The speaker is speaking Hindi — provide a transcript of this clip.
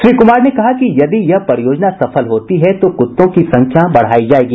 श्री कुमार ने कहा कि यदि यह परियोजना सफल होती है तो कुत्तों की संख्या बढ़ाई जाएगी